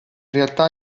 realtà